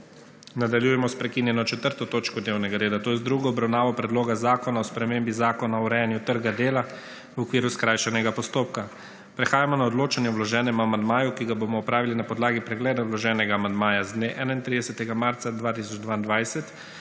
Nadaljujemo s prekinjeno 4. točko dnevnega reda, to je z drugo obravnavo Predloga zakona o spremembi Zakona o urejanju trga dela, v okviru skrajšanega postopka. Prehajamo na odločanje o vloženem amandmaju, ki ga bomo opravili na podlagi pregleda vloženega amandmaja z dne 31. marca 2022,